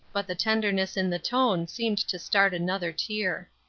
but the tenderness in the tone seemed to start another tear.